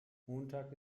montag